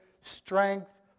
strength